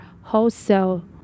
wholesale